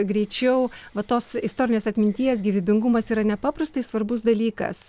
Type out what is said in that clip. greičiau va tos istorinės atminties gyvybingumas yra nepaprastai svarbus dalykas